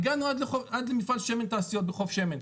הגענו עד למפעל "שמן תעשיות" בחוף שמן.